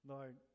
Lord